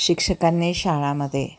शिक्षकांनी शाळामध्ये